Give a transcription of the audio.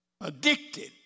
Addicted